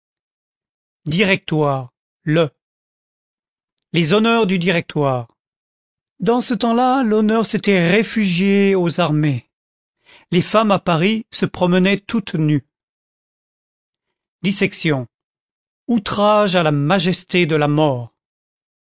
directoire le les hontes du directoire dans ce temps-là l'honneur s'était réfugié aux armées les femmes à paris se promenaient toutes nues dissection outrage à la majesté de la mort